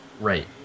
Right